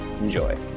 Enjoy